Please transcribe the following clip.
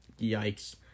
Yikes